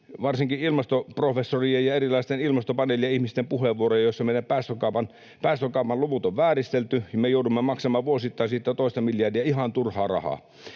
varsinkin ilmastoprofessorien ja erilaisten ilmastopaneelien ihmisten puheenvuoroja, joissa meidän päästökaupan luvut on vääristelty. Me joudumme maksamaan vuosittain siitä toista miljardia ihan turhaa rahaa.